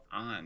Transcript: on